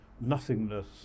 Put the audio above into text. nothingness